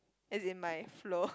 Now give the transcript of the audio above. as in my flow